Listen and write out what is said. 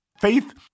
Faith